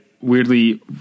weirdly